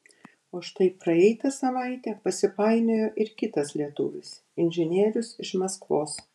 o štai praeitą savaitę pasipainiojo ir kitas lietuvis inžinierius iš maskvos